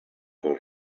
call